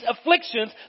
afflictions